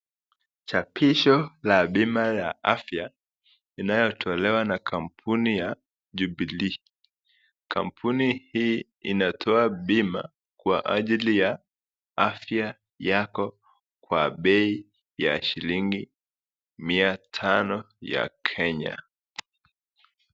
Chapisho la bima la afya inayotolewa na kampuni ya Jubilee, kampuni hii inatoa bima kwa ajili ya afya yako kwa bei ya shilingi mia tano ya Kenya.